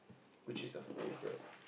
which is your favourite